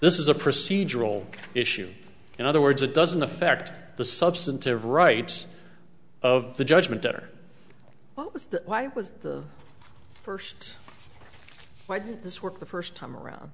this is a procedural issue in other words it doesn't affect the substantive rights of the judgment or well why was the first why did this work the first time around